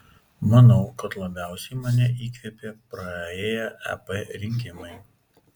manau kad labiausiai mane įkvėpė praėję ep rinkimai